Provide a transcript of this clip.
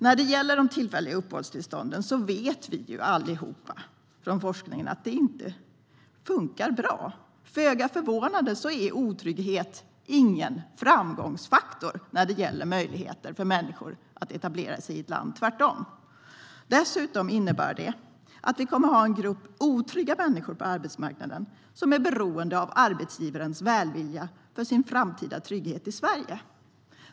När det gäller de tillfälliga uppehållstillstånden vet vi alla, från forskningen, att det inte funkar bra. Föga förvånande är otrygghet ingen framgångsfaktor när det gäller möjligheter för människor att etablera sig i ett land - tvärtom. Dessutom innebär det att vi kommer att ha en grupp otrygga människor på arbetsmarknaden som är beroende av arbetsgivarens välvilja för sin framtida trygghet i Sverige.